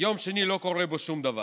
ביום שני לא קורה בו שום דבר,